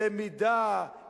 למידה,